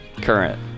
Current